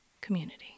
community